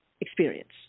experience